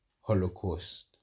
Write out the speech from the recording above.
Holocaust